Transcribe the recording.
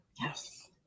yes